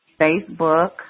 Facebook